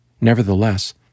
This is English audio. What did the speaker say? Nevertheless